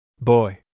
Boy